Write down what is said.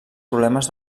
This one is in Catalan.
problemes